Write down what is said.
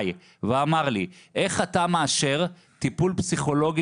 ואמר לי: איך אתה מאשר טיפול פסיכולוגי